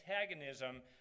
antagonism